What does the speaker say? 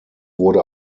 wurde